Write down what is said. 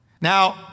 Now